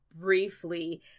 briefly